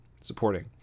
supporting